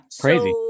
crazy